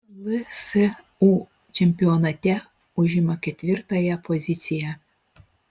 lsu čempionate užima ketvirtąją poziciją